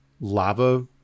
lava